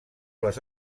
les